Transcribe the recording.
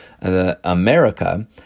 America